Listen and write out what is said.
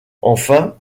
enfin